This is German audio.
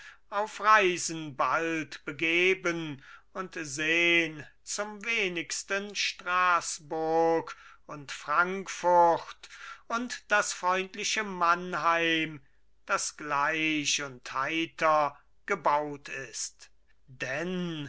auf reisen bald begeben und sehn zum wenigsten straßburg und frankfurt und das freundliche mannheim das gleich und heiter gebaut ist denn